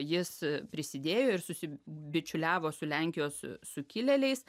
jis prisidėjo ir susibičiuliavo su lenkijos sukilėliais